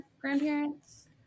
grandparents